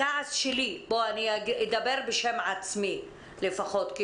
הכעס שלי אני אדבר בשם עצמי כיושבת-ראש